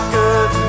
good